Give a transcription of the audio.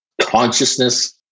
consciousness